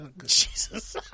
Jesus